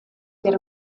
get